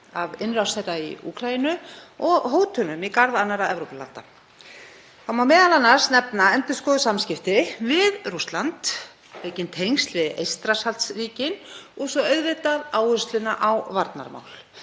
af innrás þeirra í Úkraínu og hótunum í garð annarra Evrópulanda. Það má nefna endurskoðuð samskipti við Rússland, aukin tengsl við Eystrasaltsríkin og svo auðvitað áherslu á varnarmál,